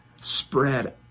spread